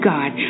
God